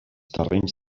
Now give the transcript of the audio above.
terrenys